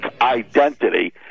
identity